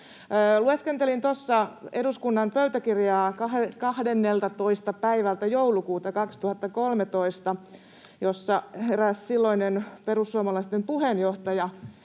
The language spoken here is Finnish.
Lueskentelin eduskunnan pöytäkirjaa 12. päivältä joulukuuta 2013, jossa eräs silloinen perussuomalaisten puheenjohtaja